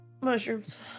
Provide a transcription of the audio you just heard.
mushrooms